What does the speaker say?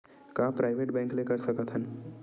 का private bank ले कर सकत हन?